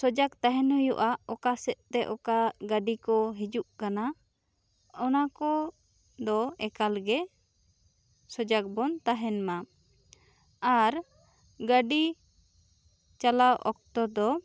ᱥᱚᱡᱟᱠ ᱛᱟᱦᱮᱱ ᱦᱩᱭᱩᱜᱼᱟ ᱚᱠᱟ ᱥᱮᱫ ᱛᱮ ᱚᱠᱟ ᱜᱟᱹᱰᱤ ᱠᱚ ᱦᱤᱡᱩᱜ ᱠᱟᱱᱟ ᱚᱱᱟ ᱠᱚ ᱫᱚ ᱮᱠᱟᱞ ᱜᱮ ᱥᱚᱡᱟᱠ ᱵᱚᱱ ᱛᱟᱦᱮᱱ ᱢᱟ ᱟᱨ ᱜᱟᱹᱰᱤ ᱪᱟᱞᱟᱣ ᱚᱠᱛᱚ ᱫᱚ